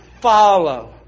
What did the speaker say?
follow